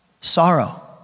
sorrow